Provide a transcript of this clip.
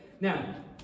now